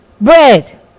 bread